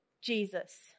Jesus